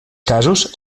casos